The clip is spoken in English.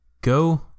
Go